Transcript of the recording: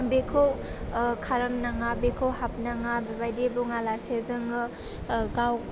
बेखौ खालाम नाङा बेखौ हाबनाङा बेबादि बुङालासे जोङो गाव